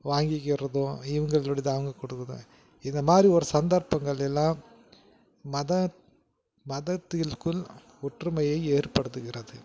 வாங்கிக்கிறதும் இவங்களுடையத அவங்க கொடுக்குறதும் இதை மாதிரி ஒரு சந்தர்ப்பங்கள் எல்லாம் மத மதத்திற்குள் ஒற்றுமையை ஏற்படுத்துகிறது